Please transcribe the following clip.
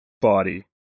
body